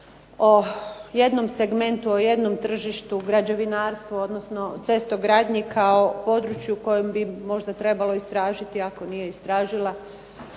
o jednom segmentu, o jednom tržištu građevinarstva odnosno o cestogradnji kao području kojim bi možda trebalo istražiti ako nije istražila